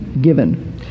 given